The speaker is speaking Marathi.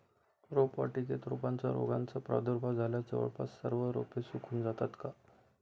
रोपवाटिकेतील रोपांना रोगाचा प्रादुर्भाव झाल्यास जवळपास सर्व रोपे सुकून जातात का?